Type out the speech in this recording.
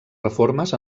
reformes